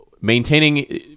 maintaining